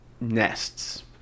nests